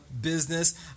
business